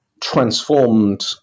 transformed